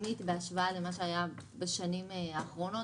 תקדימית בהשוואה למה שהיה בשנים האחרונות.